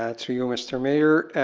ah through you, mr. mayor,